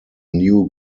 new